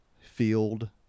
field